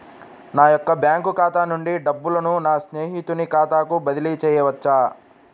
నా యొక్క బ్యాంకు ఖాతా నుండి డబ్బులను నా స్నేహితుని ఖాతాకు బదిలీ చేయవచ్చా?